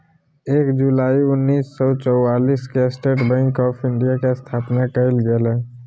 एक जुलाई उन्नीस सौ चौआलिस के स्टेट बैंक आफ़ इंडिया के स्थापना कइल गेलय